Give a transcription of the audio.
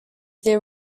there